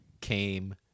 came